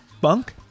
Bunk